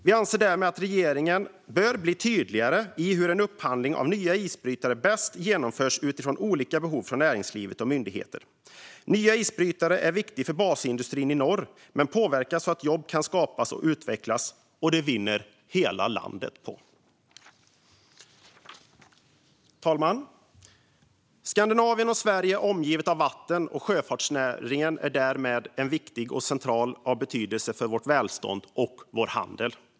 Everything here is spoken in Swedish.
Vi anser därmed att regeringen bör bli tydligare när det gäller hur en upphandling av nya isbrytare bäst kan genomföras utifrån olika behov hos näringsliv och myndigheter. Nya isbrytare är viktiga för basindustrin i norr. De påverkar så att jobb kan skapas och utvecklas, och det vinner hela landet på. Fru talman! Skandinavien och Sverige är omgivet av vatten, och sjöfartsnäringen är därmed av central betydelse för vårt välstånd och vår handel.